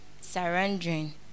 surrendering